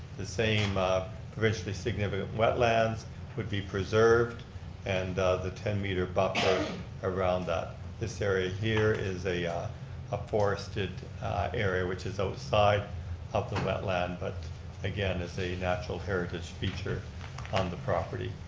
the same provincially significant wetlands would be preserved and the ten meter buffer around this area here is a a forested area, which is outside of the wetland. but again, it's a natural heritage feature on the property.